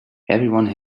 everyone